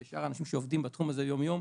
ושאר האנשים שעובדים בתחום הזה יום-יום,